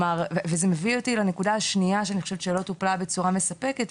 וזה מביא אותי לנקודה השנייה שאני חושבת שלא טופלה בצורה מספקת,